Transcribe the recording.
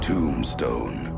Tombstone